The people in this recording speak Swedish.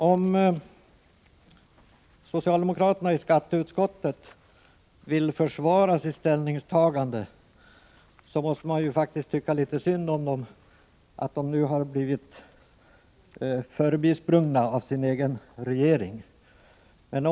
Om socialdemokraterna i skatteutskottet vill försvara sitt ställningstagande måste man tycka litet synd om dem, när de nu har blivit förbisprungna av sin egen regering.